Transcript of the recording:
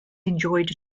enjoyed